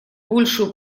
большую